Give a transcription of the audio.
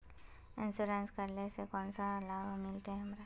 Insurance करेला से कोन कोन सा लाभ मिलते हमरा?